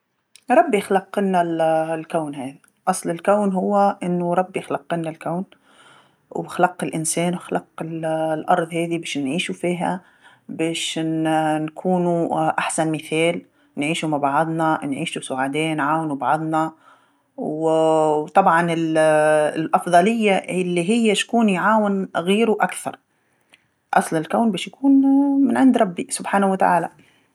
ربي خلق لنا ال- الكون هذا، أصل الكون هو أنو ربي خلقلنا الكون، وخلق الإنسان وخلق ال- الأرض هادي باش نعيشو فيها، باش ن- نكونو أحسن مثال، نعيشو مع بعضنا نعيشو سعداء نعاونو بعضنا، و- وطبعا ال-الأفضليه اللي هي شكون يعاون غيرو أكثر، أصل الكون باش يكون من عند ربي سبحانه وتعالى.